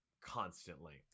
constantly